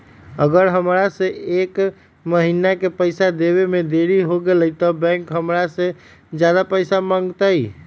अगर हमरा से एक महीना के पैसा देवे में देरी होगलइ तब बैंक हमरा से ज्यादा पैसा मंगतइ?